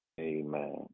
Amen